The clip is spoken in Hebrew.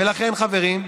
ולכן, חברים,